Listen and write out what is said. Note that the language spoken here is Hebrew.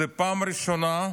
זו פעם ראשונה,